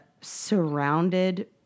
Surrounded